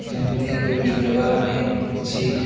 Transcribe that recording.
ଯେମିତି ହେଲେ ବି ଦେବା ପାଇଁ କିଛି